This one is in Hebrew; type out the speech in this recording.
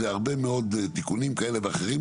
זה הרבה מאוד תיקונים כאלה ואחרים,